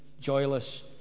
joyless